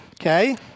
Okay